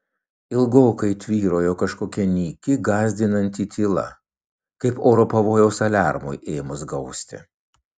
ilgokai tvyrojo kažkokia nyki gąsdinanti tyla kaip oro pavojaus aliarmui ėmus gausti